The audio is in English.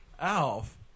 Alf